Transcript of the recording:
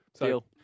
Deal